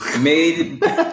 made